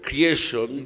Creation